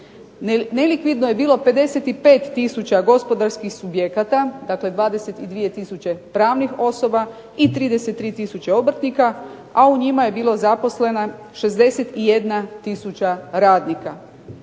Nelikvidno je bilo 55 tisuća gospodarskih subjekata, dakle 22 tisuće pravnih osoba i 33 tisuće obrtnika, a u njima je bilo zaposleno 61 tisuća radnika.